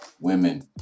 women